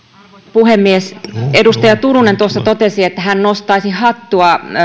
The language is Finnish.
puhemies edustaja turunen tuossa totesi että hän nostaisi hattua